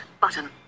button